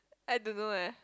I don't know eh